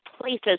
places